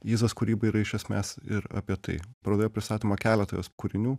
izos kūryba yra iš esmės ir apie tai parodoje pristatoma keletą jos kūrinių